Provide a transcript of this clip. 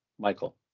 Michael